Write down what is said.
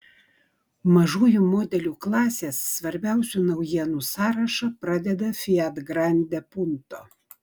mažųjų modelių klasės svarbiausių naujienų sąrašą pradeda fiat grande punto